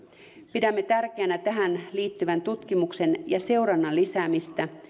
pidämme tärkeänä tähän liittyvän tutkimuksen ja seurannan lisäämistä